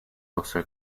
also